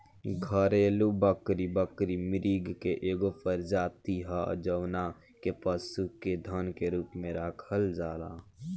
घरेलु बकरी, बकरी मृग के एगो प्रजाति ह जवना के पशु के धन के रूप में राखल जाला